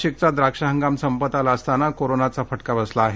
नाशिकचा द्राक्ष हंगाम संपत आला असताना कोरोनाचा फटका बसला आहे